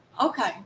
Okay